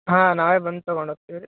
ಹಾಂ ನಾವೇ ಬಂದು ತಗೊಂಡು ಹೋಗ್ತೀವ್ ರೀ